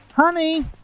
honey